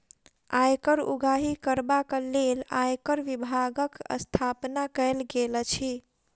आयकर उगाही करबाक लेल आयकर विभागक स्थापना कयल गेल अछि